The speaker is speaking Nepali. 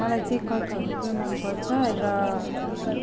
मलाई चाहिँ कथाहरू पुरा मन पर्छ र